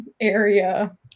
area